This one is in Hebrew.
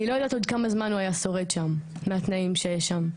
לא יודעת עוד כמה זמן הוא היה שורד שם בתנאים שיש שם.